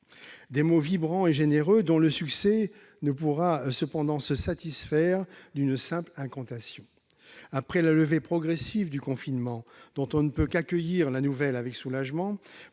des mots vibrant et généreux, dont le succès ne pourra cependant dépendre d'une simple incantation. Après la levée progressive du confinement, dont on ne peut qu'accueillir la nouvelle avec soulagement,